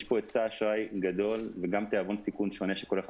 יש פה היצע אשראי גדול וגם תיאבון סיכון שונה של כל אחד